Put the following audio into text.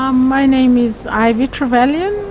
um my name is ivy trevallion,